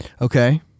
Okay